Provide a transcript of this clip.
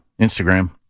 Instagram